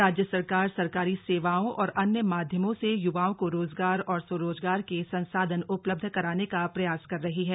राज्य सरकार सरकारी सेवाओं और अन्य माध्यमों से युवाओं को रोजगार और स्वरोजगार के संसाधन उपलब्ध कराने का प्रयास कर रही है